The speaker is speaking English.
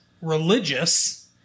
religious